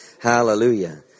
Hallelujah